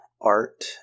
art